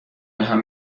بهم